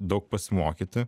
daug pasimokyti